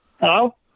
hello